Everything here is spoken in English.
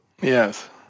Yes